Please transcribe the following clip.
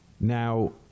Now